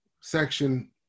section